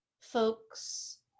folks